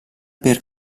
per